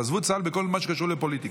תעזבו את צה"ל בכל מה שקשור לפוליטיקה.